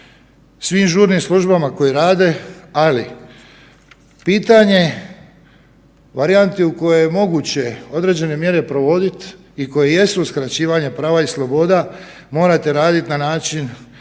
svim žurnim službama koje rade, ali pitanje varijanti u kojoj je moguće određene mjere provodit i koje jesu uskraćivanje prava i sloboda morate raditi na način